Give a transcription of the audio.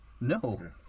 No